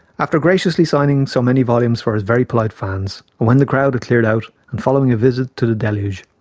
after graciously signing so many volumes for his very polite fans, and when the crowd had cleared out and following a visit to the deluge,